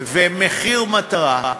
ומחיר מטרה,